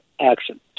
action